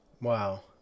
Wow